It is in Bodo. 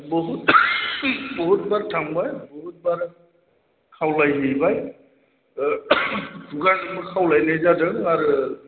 बहुथ बहुथ बार थांबाय बहुथबार खावलायहैबाय खुगाजोंबो खावलायहैनाय जादों आरो